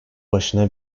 başına